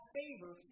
favor